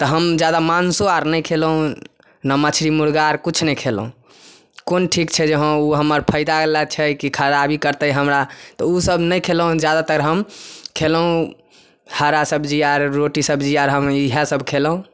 तऽ हम जादा माँसु आर नहि खेलहुॅं ने मछरी मुर्गा आर किछु नहि खेलहुॅं कोन ठीक छै जे हँ ओ हमर फाइदा लए छै कि खराबी करतै हमरा तऽ ओ सभ नहि खेलौ जादातर हम खेलौ हरा सब्जी आर रोटी सब्जी आर हम इहे सभ खेलौ